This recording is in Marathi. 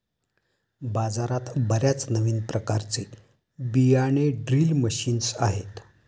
बाजारात बर्याच नवीन प्रकारचे बियाणे ड्रिल मशीन्स आहेत